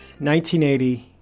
1980